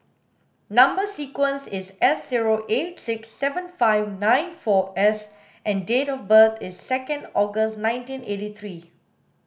number sequence is S zero eight six seven five nine four S and date of birth is second August nineteen eighty three